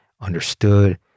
understood